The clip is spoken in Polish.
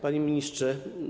Panie Ministrze!